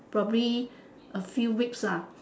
probably a few weeks ah